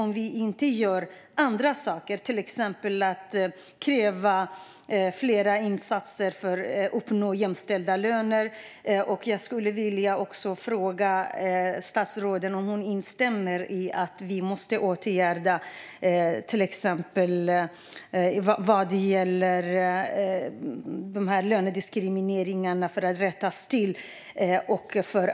Mer måste göras, till exempel att kräva fler insatser för att uppnå jämställda löner. Instämmer statsrådet i att lönediskrimineringen måste åtgärdas, tillsynen öka och sanktionerna skärpas?